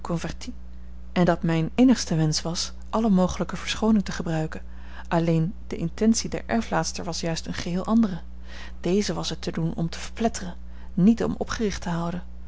en dat mijn innigste wensch was alle mogelijke verschooning te gebruiken alleen de intentie der erflaatster was juist eene geheel andere deze was het te doen om te verpletteren niet om opgericht te houden